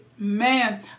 Man